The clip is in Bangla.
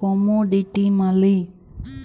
commodity money